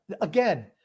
again